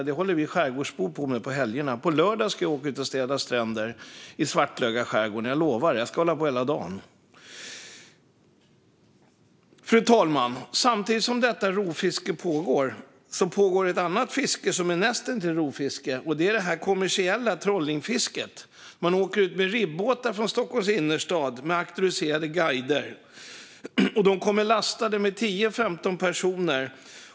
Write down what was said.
Det håller vi skärgårdsbor på med på helgerna. På lördag ska jag åka ut och städa stränder i Svartlöga skärgård, och jag lovar att jag ska hålla på hela dagen. Fru talman! Samtidigt med detta rovfiske pågår ett annat fiske som är näst intill rovfiske, det kommersiella trollingfisket. Auktoriserade guider åker ut med ribbåtar från Stockholms innerstad, lastade med 10-15 personer.